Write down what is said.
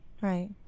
right